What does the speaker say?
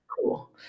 cool